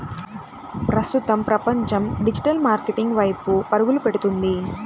ప్రస్తుతం ప్రపంచం digital marketing వైపు పరుగులు పెడుతుంది